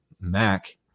Mac